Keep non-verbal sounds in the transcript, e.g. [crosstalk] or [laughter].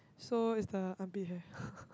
so it's the armpit hair [laughs]